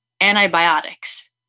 antibiotics